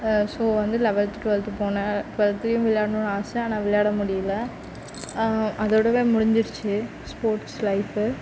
so வந்து eleventh twelfth போனேன் டூவல்த்துலயும் விளையாடணுன்னு ஆசை ஆனால் விளையாட முடியலை அதோடவே முடிஞ்சிடுச்சு ஸ்போர்ட்ஸ் லைஃப்பு